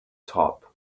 top